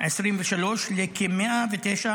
2023 לכ-109